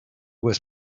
was